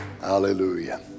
Hallelujah